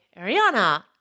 Ariana